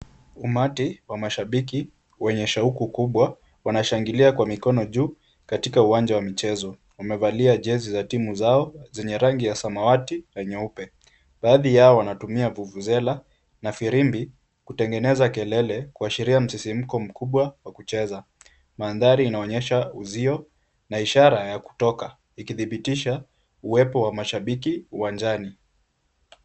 Umati wa mashabiki wenye shauku kubwa wanashangilia kwa mikono juu katika uwanja wa michezo. Wamevalia jezi za timu zao zenye rangi ya samawati na nyeupe. Baadhi yao wanatumia vuvuzela na firimbi kutengeneza kelele kuashiria msisimko mkubwa wa kucheza. Mandhari inaonyesha uzio na ishara ya kutoka ikithibitisha uwepo wa mashabiki uwanjani.